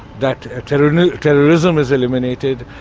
that terrorism terrorism is eliminated,